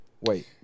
Wait